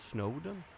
Snowden